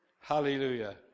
Hallelujah